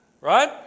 Right